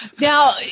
Now